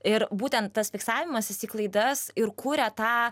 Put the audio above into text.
ir būtent tas fiksavimasis į klaidas ir kuria tą